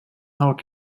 haut